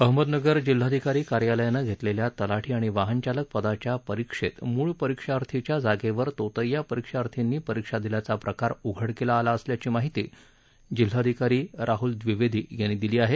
अहमदनगर जिल्हाधिकारी कार्यालयानं घेतलेल्या तलाठी आणि वाहनचालक पदाच्या परीक्षेत मृळ परीक्षार्थींच्या जागेवर तोतैया परीक्षार्थींनी परीक्षा दिल्याचा प्रकार उघडकीला आला आल्याची माहिती जिल्हाधिकारी राहुल द्विवेदी यांनी दिली आहे